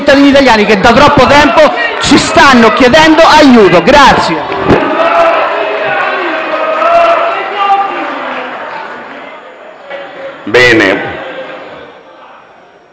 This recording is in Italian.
cittadini italiani che da troppo tempo stanno chiedendo aiuto.